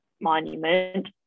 monument